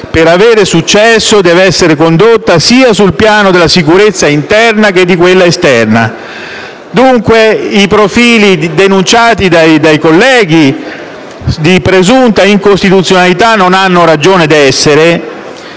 per avere successo, deve essere condotta sul piano della sicurezza sia interna che esterna. Dunque, i profili denunciati dai colleghi di presunta incostituzionalità non hanno ragione di essere.